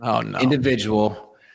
individual